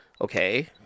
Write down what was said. Okay